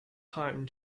time